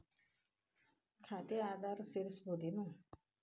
ಖಾತೆಗೆ ಆಧಾರ್ ಸೇರಿಸಬಹುದೇನೂ?